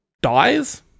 dies